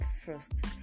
first